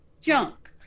junk